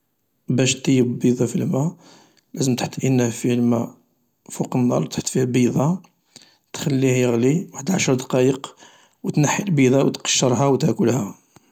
باش تطيب بيضة في الماء لازم تحط اناء فيه الماء فوق النار و تحط فيه بيضة، تخليه يغلي واحد عشرا دقايق و تنحي البيضة و تقشرها و تاكلها.